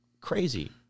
crazy